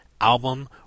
album